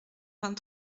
vingt